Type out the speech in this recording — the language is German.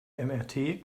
mrt